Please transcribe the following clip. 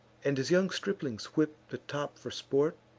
and, as young striplings whip the top for sport,